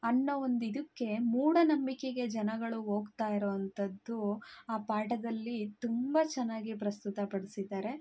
ಅನ್ನೋ ಒಂದು ಇದಕ್ಕೆ ಮೂಢನಂಬಿಕೆಗೆ ಜನಗಳು ಹೋಗ್ತಾ ಇರೊವಂಥದ್ದು ಆ ಪಾಠದಲ್ಲಿ ತುಂಬ ಚೆನ್ನಾಗಿ ಪ್ರಸ್ತುತ ಪಡಿಸಿದ್ದಾರೆ